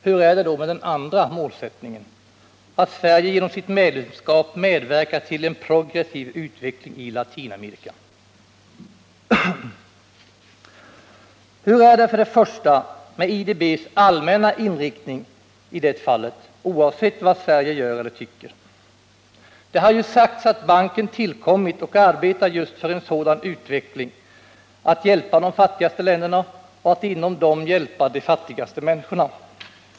Hur är det då med den andra målsättningen, att Sverige genom sitt medlemskap medverkar till en progressiv utveckling i Latinamerika? Hur är det för det första med IDB:s allmänna inriktning i det fallet, oavsett vad Sverige gör eller tycker? Det har ju sagts att banken tillkommit och arbetar just för en sådan utveckling, att hjälpa de fattigaste länderna och att inom dem hjälpa de fattigaste människorna.